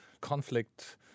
conflict